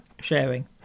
Sharing